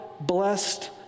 blessed